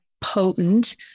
potent